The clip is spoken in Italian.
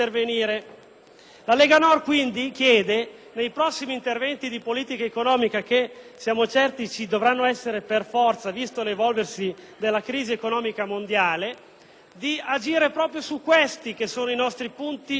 La Lega Nord, quindi, chiede che nei prossimi interventi di politica economica, che - siamo certi - ci dovranno essere per forza visto l'evolversi della crisi economica mondiale, si agisca proprio su questi che sono i nostri punti di forza.